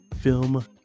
film